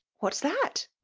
what's that?